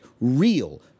real